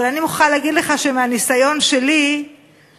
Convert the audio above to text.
אבל אני מוכרחה להגיד לך מהניסיון שלי שהרבה